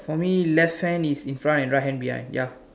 for me left hand is in front and right hand behind ya